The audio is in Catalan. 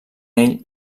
ell